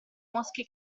mosche